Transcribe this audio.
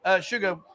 Sugar